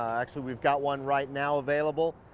actually, we've got one right now available,